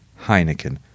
Heineken